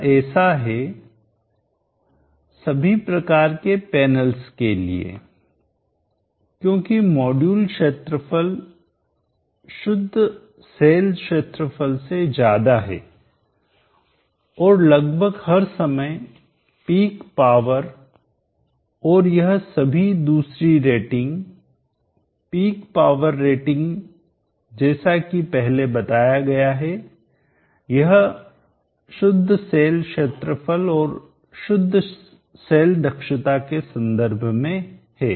यह ऐसा है सभी प्रकार के पैनल्स के लिए क्योंकि मॉड्यूल क्षेत्रफल शुद्ध सेल क्षेत्रफल से ज्यादा है और लगभग हर समय पीक पावर और यह सभी दूसरी रेटिंग पीक पावर रेटिंग जैसा कि पहले बताया गया है यह शुद्ध सेल क्षेत्रफल और शुद्ध सेल दक्षता एफिशिएंसी के संदर्भ में है